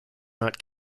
not